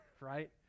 right